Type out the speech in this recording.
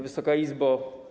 Wysoka Izbo!